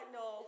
no